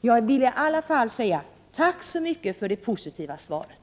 Jag vill i alla fall säga: Tack så mycket för det positiva svaret!